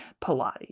Pilates